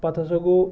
پَتہٕ ہَسا گوٚو